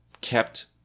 kept